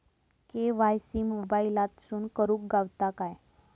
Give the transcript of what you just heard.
KYC मोबाईलातसून करुक गावता काय?